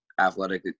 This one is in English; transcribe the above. athletic